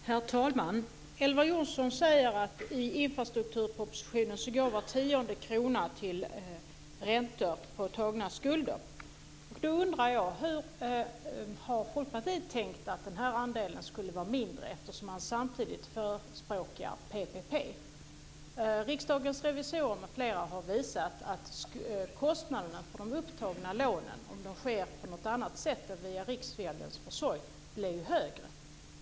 Herr talman! Elver Jonsson säger att i infrastrukturpropositionen går var tionde krona till räntor och skulder. Då undrar jag: Hur har Folkpartiet tänkt att den här andelen skulle kunna vara mindre, eftersom man samtidigt förespråkar PPP? Riksdagens revisorer m.fl. har visat att kostnaderna för lånen, om de sker på något annat sätt än via Riksgäldens försorg, blir högre.